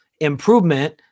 improvement